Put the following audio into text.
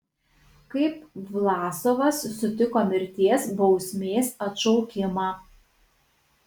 kaip vlasovas sutiko mirties bausmės atšaukimą